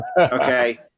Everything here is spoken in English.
Okay